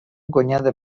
guanyada